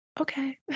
okay